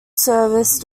service